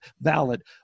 valid